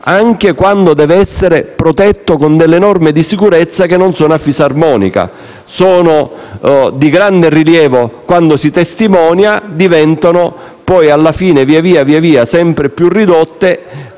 anche quando deve essere protetto con delle norme di sicurezza che non sono a fisarmonica: di grande rilievo quando si testimonia e poi, alla fine, sempre più ridotte,